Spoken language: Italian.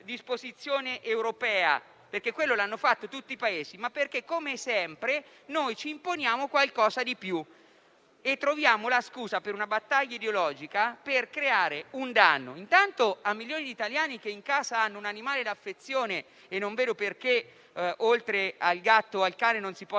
disposizione europea (come hanno fatto tutti i Paesi), ma perché, come sempre, noi ci imponiamo qualcosa di più e troviamo la scusa per una battaglia ideologica, per creare un danno a milioni di italiani che hanno in casa un animale d'affezione - non vedo perché, oltre al gatto e al cane, non si